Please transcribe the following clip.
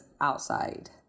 outside